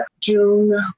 June